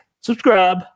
subscribe